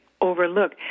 Overlook